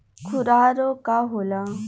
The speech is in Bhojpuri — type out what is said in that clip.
खुरहा रोग का होला?